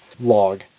log